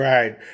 Right